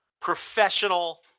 professional